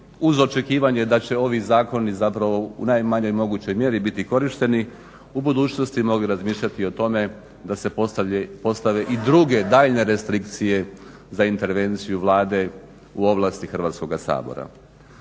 uz očekivanje da će ovi zakoni zapravo u najmanjoj mogućoj mjeri biti korišteni u budućnosti mogli razmišljati o tome da se postave i druge daljnje restrikcije za intervenciju Vlade u ovlasti Hrvatskoga sabora.